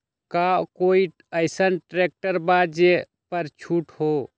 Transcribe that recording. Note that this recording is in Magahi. का कोइ अईसन ट्रैक्टर बा जे पर छूट हो?